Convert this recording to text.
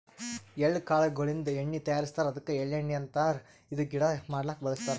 ಎಳ್ಳ ಕಾಳ್ ಗೋಳಿನ್ದ ಎಣ್ಣಿ ತಯಾರಿಸ್ತಾರ್ ಅದ್ಕ ಎಳ್ಳಣ್ಣಿ ಅಂತಾರ್ ಇದು ಅಡಗಿ ಮಾಡಕ್ಕ್ ಬಳಸ್ತಾರ್